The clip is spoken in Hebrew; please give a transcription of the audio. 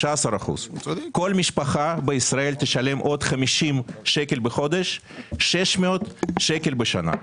כל משפחה בישראל תשלם עוד 50 ₪ בחודש; 600 ₪ בשנה.